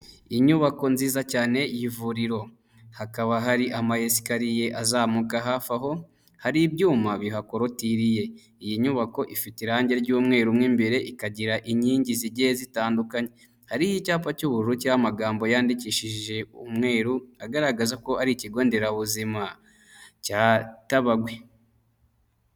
Inyubako nziza cyane y'ivuriro, hakaba hari amayesikariye azamuka hafi aho hari ibyuma bihakorotiriye iyi nyubako ifite irange ry'umweru mwo imbere ikagira inkingi zigiye zitandukanye hariho icyapa cy'uburu cy'amagambo yandikishije umweru agaragaza ko ari ikigo nderabuzima cya Tabagwe.